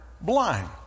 blind